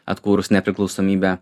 atkūrus nepriklausomybę